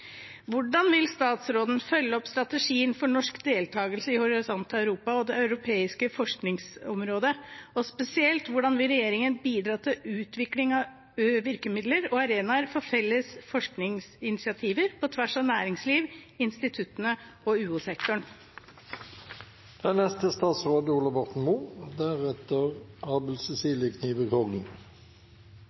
Hvordan vil statsråden følge opp strategien for norsk deltakelse i Horisont Europa og det europeiske forskningsområdet, og, spesielt, hvordan vil regjeringen bidra til utvikling av virkemidler og arenaer for felles forskningsinitiativer på tvers av næringsliv, instituttene og